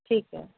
ਠੀਕ ਹੈ